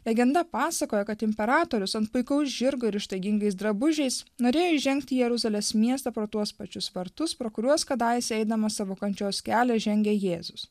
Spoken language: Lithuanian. legenda pasakoja kad imperatorius ant puikaus žirgo ir ištaigingais drabužiais norėjo įžengti į jeruzalės miestą pro tuos pačius vartus pro kuriuos kadaise eidamas savo kančios kelią žengė jėzus